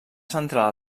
centrar